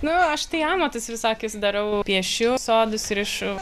nu aš tai amatus visokius darau piešiu sodus rišu